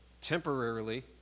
temporarily